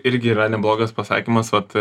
irgi yra neblogas pasakymas vat